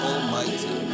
Almighty